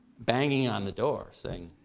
banging on the doors saying,